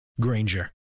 Granger